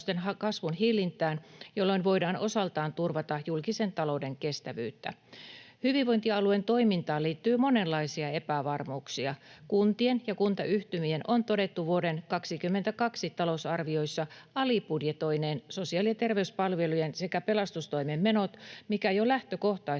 jolloin voidaan osaltaan turvata julkisen talouden kestävyyttä. Hyvinvointialueen toimintaan liittyy monenlaisia epävarmuuksia. Kuntien ja kuntayhtymien on todettu vuoden 22 talousarvioissa alibudjetoineen sosiaali- ja terveyspalvelujen sekä pelastustoimen menot, mikä jo lähtökohtaisesti luo